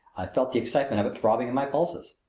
i felt the excitement of it throbbing in my pulses.